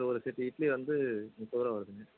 sir ஒரு set idli வந்து முப்பது ரூபா வரும் சார்